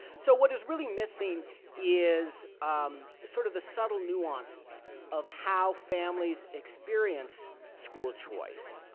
so what is really missing is sort of the subtle nuances of how families experience school choice.